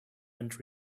and